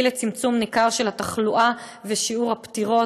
לצמצום ניכר של התחלואה ושיעור הפטירות,